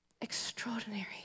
extraordinary